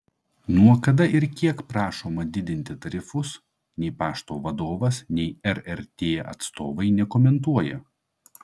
nuo kada ir kiek prašoma didinti tarifus nei pašto vadovas nei rrt atstovai nekomentuoja